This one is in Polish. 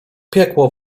piekło